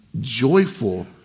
joyful